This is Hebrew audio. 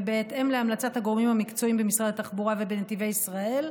ובהתאם להמלצת הגורמים המקצועיים במשרד התחבורה ובנתיבי ישראל,